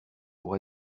pour